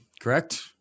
correct